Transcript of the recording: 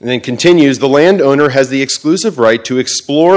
and then continues the land owner has the exclusive right to explore